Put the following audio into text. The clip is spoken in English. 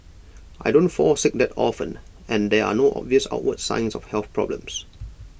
I don't fall sick that often and there are no obvious outward signs of health problems